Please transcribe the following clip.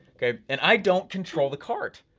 okay, and i don't control the cart,